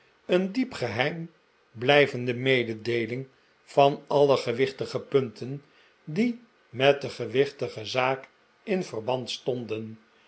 een diep geheim blijvende mededeeling van alle gewichtige punten die met de gewichtige zaak in verband stonden